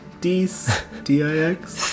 D-I-X